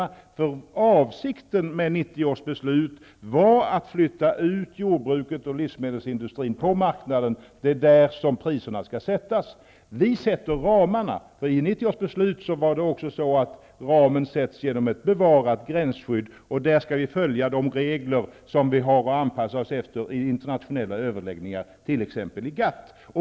Avsikten med 1990 års beslut var att så att säga flytta ut jordbruket och livsmedelsindustrin på marknaden. Det är där priserna skall sättas. Vi sätter upp ramarna. I 1990 års beslut sattes ramen genom ett bevarat gränsskydd, vi skall vi följa de regler vi har att anpassa oss efter i internationella överläggningar, t.ex. i GATT.